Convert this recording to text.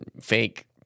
fake